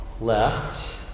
left